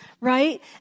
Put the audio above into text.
Right